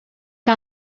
que